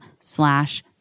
slash